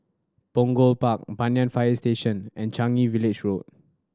Punggol Park Banyan Fire Station and Changi Village Road